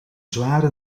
zware